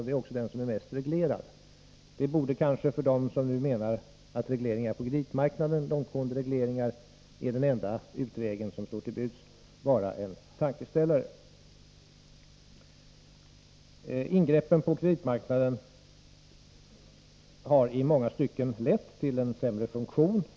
Det är också den marknad som är mest reglerad. Det borde vara en tankeställare för dem som nu menar att långtgående regleringar även på kreditmarknaden är den enda utväg som står till buds. Ingreppen på kreditmarknaden har i många stycken lett till en sämre funktion.